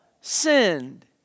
sinned